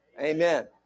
Amen